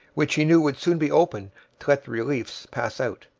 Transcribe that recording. which he knew would soon be opened to let the reliefs pass out.